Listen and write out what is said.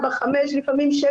4, 5, ולפעמים 6,